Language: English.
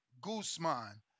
Guzman